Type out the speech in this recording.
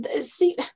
see